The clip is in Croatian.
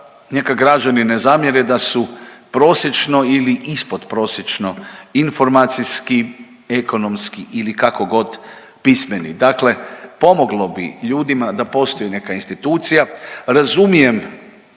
neka građani ne zamjere da su prosječno ili ispod prosječno informacijski, ekonomski ili kako god pismeni. Dakle, pomoglo bi ljudima da postoji neka institucija, razumijem